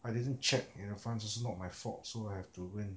I didn't check in advance it's not my fault so I have to go and